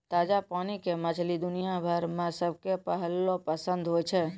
ताजा पानी के मछली दुनिया भर मॅ सबके पहलो पसंद होय छै